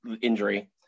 injury